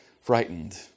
frightened